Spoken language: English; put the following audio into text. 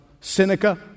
Seneca